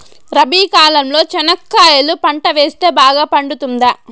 రబి కాలంలో చెనక్కాయలు పంట వేస్తే బాగా పండుతుందా?